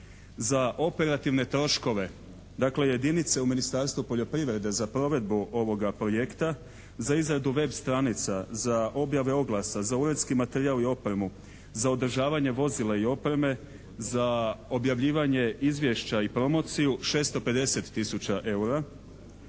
Za operativne troškove, dakle jedinice u Ministarstvu poljoprivrede za provedbu ovoga projekta, za izradu web stranica za objave oglasa, za uredski materijal i opremu, za održavanje vozila i opreme, za objavljivanje izvješća i promociju 650 tisuća eura.